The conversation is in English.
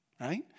right